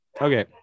Okay